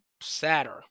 sadder